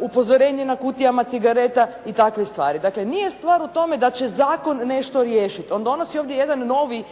upozorenje na kutijama cigareta i takve stvari. Dakle, nije stvar u tome da će zakon nešto riješiti. On donosi ovdje jedan novi